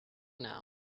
now